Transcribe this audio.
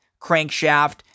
Crankshaft